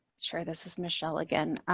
sure. this is michele again.